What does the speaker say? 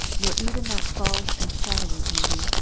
nor even that false and shadowy beauty,